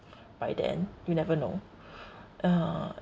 by then you never know uh